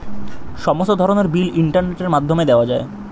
সমস্ত ধরনের বিল ইন্টারনেটের মাধ্যমে দেওয়া যায়